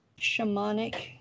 shamanic